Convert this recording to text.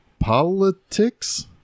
politics